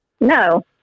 No